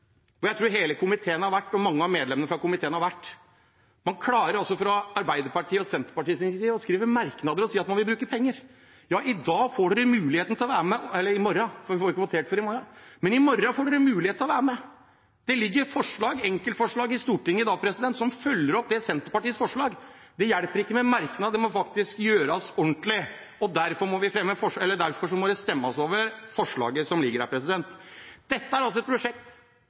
jeg tror at mange av medlemmene i komiteen har vært, klarer man fra Arbeiderpartiets og Senterpartiets side å skrive merknader og si at man vil bruke penger. I morgen får de muligheten til å være med. Det ligger et enkeltforslag i Stortinget som følger opp Senterpartiets forslag. Det hjelper ikke med merknader. Det må gjøres ordentlig, og derfor må det stemmes over forslaget som ligger her. Dette er et prosjekt på den eneste helt vintersikre veien over fjellet. Det er en årsdøgntrafikk på 11 000 biler der i perioder. Veien går midt gjennom sentrum – det er mange fotgjengeroverganger – og den deler sentrum i to. I forrige periode – og det er